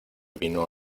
vino